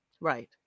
Right